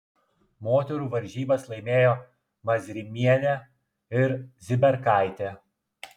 moterų varžybas laimėjo mazrimienė ir ziberkaitė